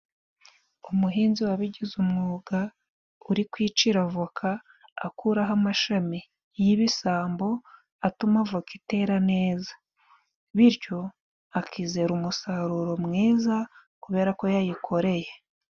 Umuhinzi wabigize umwuga uri kwicira avoka akuraho amashami y'ibisambo, atuma avoka itera neza, bityo akizera umusaruro mwiza kubera ko yayikoreye.